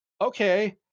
Okay